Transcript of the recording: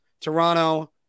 Toronto